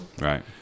Right